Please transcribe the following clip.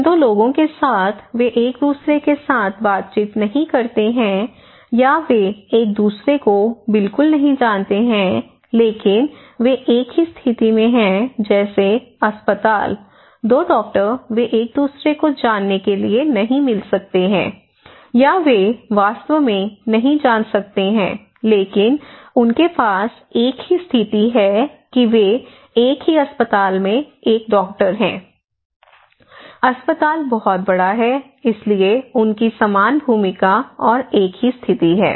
जिन 2 लोगों के साथ वे एक दूसरे के साथ बातचीत नहीं करते हैं या वे एक दूसरे को बिल्कुल नहीं जानते हैं लेकिन वे एक ही स्थिति में हैं जैसे अस्पताल 2 डॉक्टर वे एक दूसरे को जानने के लिए नहीं मिल सकते हैं या वे वास्तव में नहीं जान सकते हैं लेकिन उनके पास एक ही स्थिति है कि वे एक ही अस्पताल में एक डॉक्टर हैं अस्पताल बहुत बड़ा है इसलिए उनकी समान भूमिका और एक ही स्थिति है